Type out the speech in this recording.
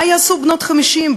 מה יעשו בנות 50,